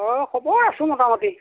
খবৰ আছোঁ মোটামুটি